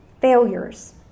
Failures